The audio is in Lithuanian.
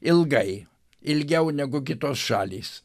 ilgai ilgiau negu kitos šalys